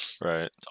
Right